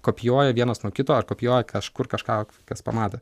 kopijuoja vienas nuo kito ar kopijuoja kažkur kažką kas pamatė